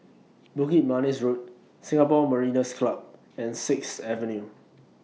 Bukit Manis Road Singapore Mariners' Club and Sixth Avenue